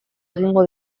egingo